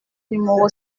numéro